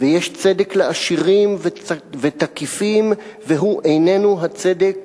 ויש צדק לעשירים ותקיפים, והוא איננו הצדק